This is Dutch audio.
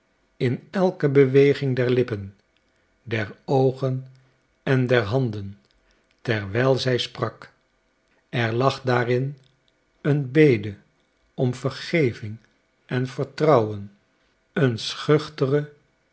in elke beweging der lippen der oogen en der handen terwijl zij sprak er lag daarin een bede om vergeving en vertrouwen een schuchtere